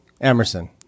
emerson